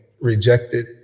rejected